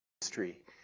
history